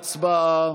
הצבעה.